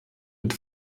mit